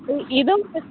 ഇതും